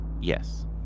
Yes